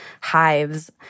hives